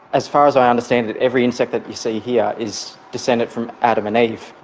as far as i understand it, every insect that you see here is descended from adam and eve,